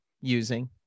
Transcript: using